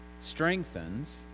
strengthens